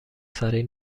سریع